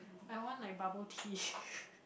I want like bubble tea